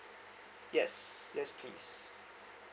yes yes please